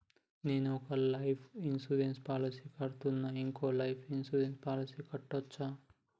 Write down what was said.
నేను ఒక life insurance policy కడ్తున్నా, ఇంకో లైఫ్ ఇన్సూరెన్స్ పాలసీ కట్టొచ్చా?